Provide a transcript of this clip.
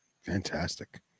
fantastic